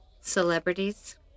celebrities